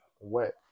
Wet